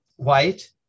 White